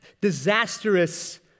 disastrous